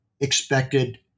expected